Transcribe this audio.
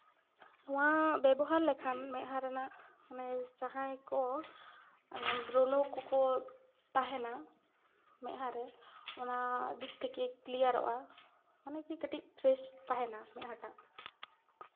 ᱱᱚᱣᱟ ᱵᱮᱵᱚᱦᱟᱨ ᱞᱮᱠᱷᱟᱱ ᱢᱮᱫᱦᱟ ᱨᱮᱱᱟᱜ ᱢᱟᱱᱮ ᱡᱟᱦᱟᱸᱭ ᱠᱚ ᱵᱨᱚᱱᱳ ᱠᱚᱠᱚ ᱛᱟᱦᱮᱱᱟ ᱢᱮᱫᱦᱟ ᱨᱮ ᱚᱱᱟ ᱫᱤᱠ ᱛᱷᱮᱠᱮ ᱠᱞᱤᱭᱟᱨᱚᱜᱼᱟ ᱢᱟᱱᱮ ᱠᱤ ᱯᱷᱨᱮᱥ ᱛᱟᱦᱮᱱᱟ ᱢᱮᱫᱦᱟᱴᱟᱜ